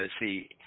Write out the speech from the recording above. see